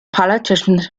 politicians